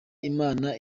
imana